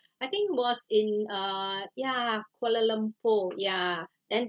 I think was in uh ya kuala lumpur ya and